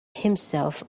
himself